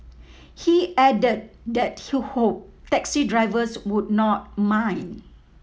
he added that he hoped taxi drivers would not mind